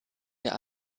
der